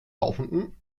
laufenden